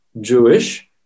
Jewish